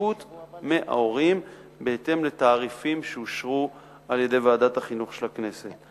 השתתפות מההורים בהתאם לתעריפים שאושרו בוועדת החינוך של הכנסת.